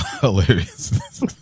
hilarious